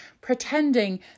pretending